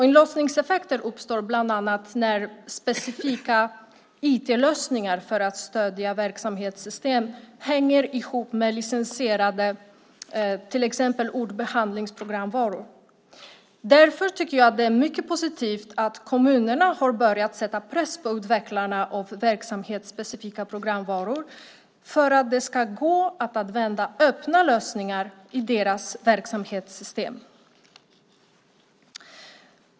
Inlåsningseffekter uppstår bland annat när specifika IT-lösningar för att stödja verksamhetssystem hänger ihop med licensierade till exempel ordbehandlingsprogramvaror. Därför tycker jag att det är mycket positivt att kommunerna har börjat sätta press på utvecklarna av verksamhetsspecifika programvaror för att det ska gå att använda öppna lösningar i deras verksamhetssystem.